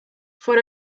for